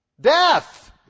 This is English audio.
Death